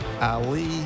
Ali